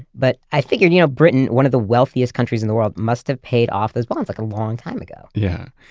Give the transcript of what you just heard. but i figured you know britain, one of the wealthiest countries in the world, must have paid off those bonds like a long time ago yeah.